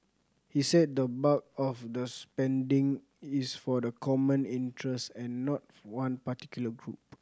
he said the bulk of the spending is for the common interest and not one particular group